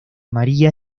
maría